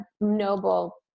noble